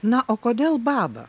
na o kodėl baba